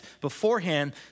beforehand